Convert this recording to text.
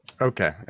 Okay